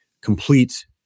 complete